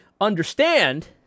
understand